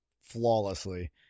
flawlessly